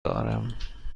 دارم